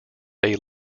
they